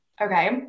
okay